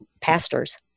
pastors